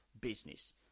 business